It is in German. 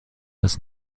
das